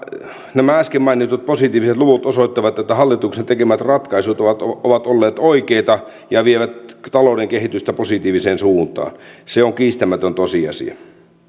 nämä äsken mainitut positiiviset luvut osoittavat että hallituksen tekemät ratkaisut ovat olleet oikeita ja vievät talouden kehitystä positiiviseen suuntaan se on kiistämätön tosiasia